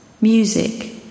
music